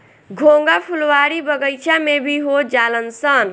घोंघा फुलवारी बगइचा में भी हो जालनसन